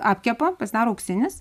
apkepa pasidaro auksinis